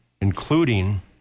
including